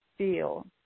Feel